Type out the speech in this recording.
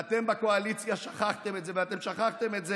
ואתם בקואליציה שכחתם את זה, ואתם שכחתם את זה,